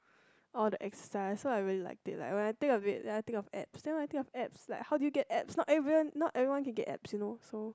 all the exercise so I really like it when I think about it when I think of abs then when i think of abs how you get abs not everbody not everyone can get abs you know so